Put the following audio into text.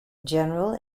general